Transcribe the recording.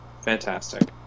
Fantastic